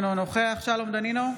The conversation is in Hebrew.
אינו נוכח שלום דנינו,